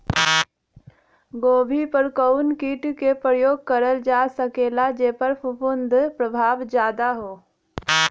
गोभी पर कवन कीट क प्रयोग करल जा सकेला जेपर फूंफद प्रभाव ज्यादा हो?